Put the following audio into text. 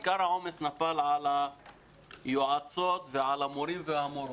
עיקר העומס נפל על היועצים ועל המורים והמורות.